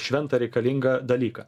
šventą reikalingą dalyką